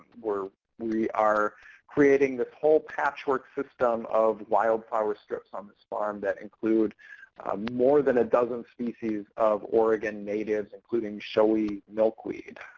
we are creating this whole patchwork system of wildflower strips on this farm that include more than a dozen species of oregon natives including showy milkweed.